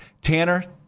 Tanner